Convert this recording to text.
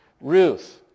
Ruth